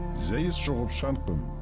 jean sort of chardin.